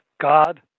God